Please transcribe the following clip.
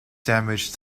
damaged